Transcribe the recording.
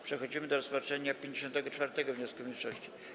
Przechodzimy do rozpatrzenia 54. wniosku mniejszości.